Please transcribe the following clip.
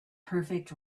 perfect